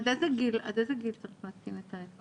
עד איזה גיל צריך להתקין את המערכת?